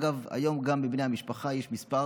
אגב, היום גם מבני המשפחה יש כמה